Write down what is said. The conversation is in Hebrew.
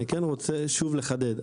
אני כן רוצה שוב לחדד,